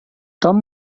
tom